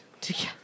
together